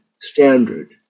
standard